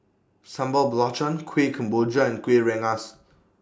Sambal Belacan Kueh Kemboja and Kuih Rengas